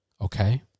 Okay